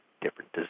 different